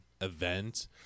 event